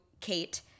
Kate